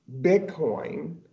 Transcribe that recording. Bitcoin